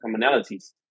commonalities